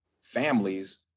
families